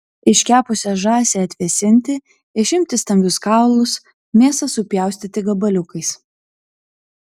iškepusią žąsį atvėsinti išimti stambius kaulus mėsą supjaustyti gabaliukais